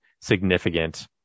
significant